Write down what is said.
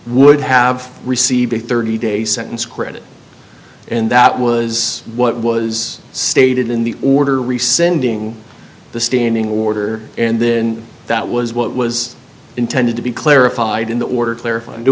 would have received a thirty day sentence credit and that was what was stated in the order re sending the standing order and then that was what was intended to be clarified in the order clarify